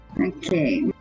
Okay